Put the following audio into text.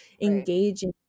engaging